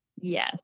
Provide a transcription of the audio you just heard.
Yes